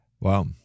Wow